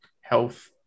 health